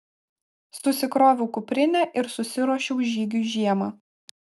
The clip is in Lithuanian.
susikroviau kuprinę ir susiruošiau žygiui žiemą